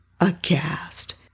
aghast